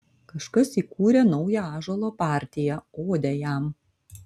kažkas įkūrė naują ąžuolo partiją odę jam